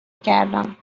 کردم